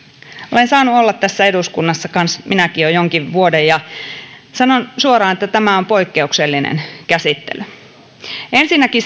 olen saanut olla tässä eduskunnassa kanssa minäkin jo jonkin vuoden ja sanon suoraan että tämä on poikkeuksellinen käsittely ensinnäkin